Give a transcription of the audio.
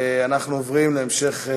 אנחנו עוברים להמשך,